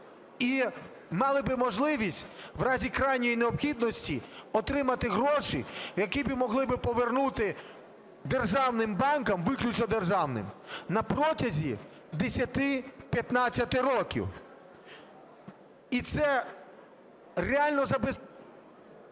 і мали би можливість в разі крайньої необхідності отримати гроші, які би могли би повернути державним банкам, виключно державним, протягом 10-15 років. І це реально… ГОЛОВУЮЧИЙ.